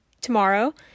tomorrow